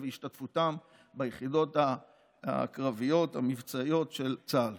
והשתתפותם ביחידות הקרביות המבצעיות של צה"ל.